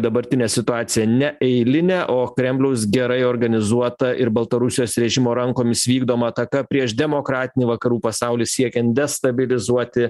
dabartinė situacija neeilinė o kremliaus gerai organizuota ir baltarusijos režimo rankomis vykdoma ataka prieš demokratinį vakarų pasaulį siekiant destabilizuoti